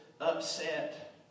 upset